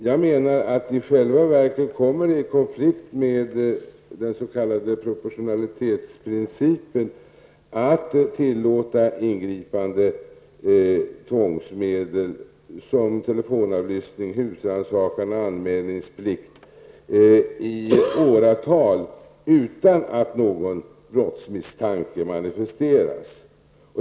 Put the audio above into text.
Jag menar att det i själva verket kommer i konflikt med den s.k. proportionalitetsprincipen att tillåta ingripande tvångsmedel som telefonavlyssning, husrannsakan och anmälningsplikt i åratal utan att någon brottsmisstanke manifisteras.